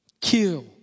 kill